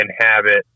inhabit